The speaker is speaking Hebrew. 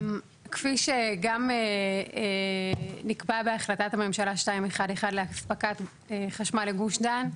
כפי שגם נקבע בהחלטת הממשלה 211 לאספקת חשמל לגוש דן,